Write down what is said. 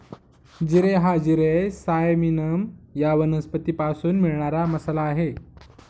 जिरे हा जिरे सायमिनम या वनस्पतीपासून मिळणारा मसाला आहे